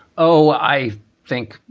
oh, i think.